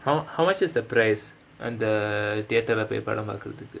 how how much is the price அந்த:antha theatre leh போய் படம் பாக்றதுக்கு:poi padam paakrathukku